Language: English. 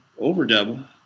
overdub